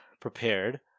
prepared